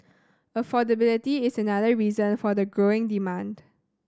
affordability is another reason for the growing demand